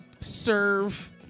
serve